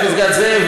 פסגת זאב,